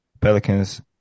Pelicans